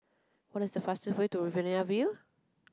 what is the fastest way to Riverina View